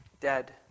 dead